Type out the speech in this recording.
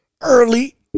early